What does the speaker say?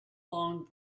long